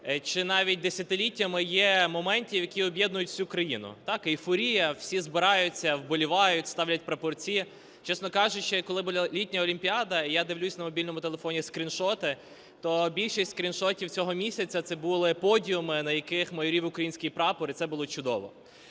чи навіть десятиліттями, є моменти, які об'єднують всю країну. Так, ейфорія, всі збираються, вболівають, ставлять прапорці. Чесно кажучи, коли була літня Олімпіада, я дивлюся на мобільному телефоні скріншоти, то більшість скріншотів цього місяця – це були подіуми, на яких майорів український прапор, і це було чудово.